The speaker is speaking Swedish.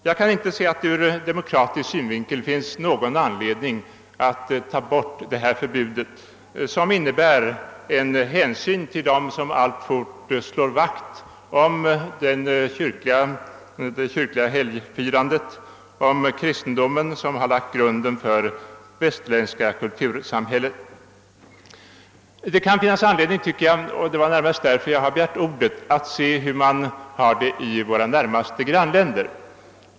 Jag kan inte se att det ur demokratisk synvinkel finns någon anledning att ta bort detta förbud, som innebär en hänsyn mot dem som alltfort slår vakt om det kyrkliga helgfirandet och om kristendomen, som har lagt grunden till det västerländska kultursamhället. Det kan finnas anledning — det är i första hand därför jag har begärt ordet — att jämföra med förhållandena i våra närmaste grannländer.